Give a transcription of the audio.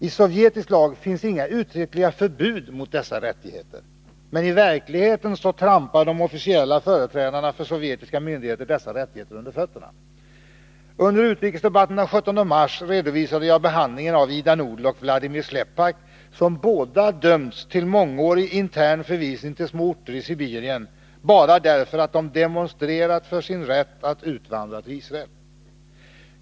I sovjetisk lag finns inga uttryckliga förbud mot dessa rättigheter, men i verkligheten trampar de officiella företrädarna för sovjetiska myndigheter dessa rättigheter under fötterna. 205 Under utrikesdebatten den 17 mars redovisade jag behandlingen av Ida Nudel och Vlamidir Slepak, som båda dömts till mångårig intern förvisning till små orter i Sibirien, bara därför att de demonstrerat för sin rätt att utvandra till Israel.